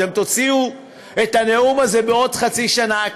אתם תוציאו את הנאום הזה בעוד חצי שנה,